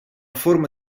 forma